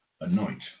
anoint